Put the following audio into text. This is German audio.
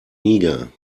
niger